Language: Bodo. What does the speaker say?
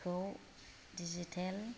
खौ डिजिटेल